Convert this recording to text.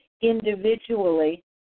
individually